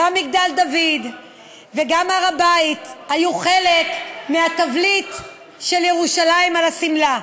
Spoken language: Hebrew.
גם מגדל דוד וגם הר הבית היו חלק מהתבליט של ירושלים על השמלה.